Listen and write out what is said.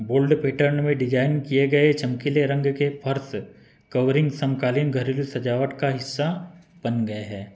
bold pattern में design किए गए चमकीले रंग के फर्श कवरिंग समकालीन घरेलू सजावट का हिस्सा बन गए हैं